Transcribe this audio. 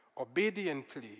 obediently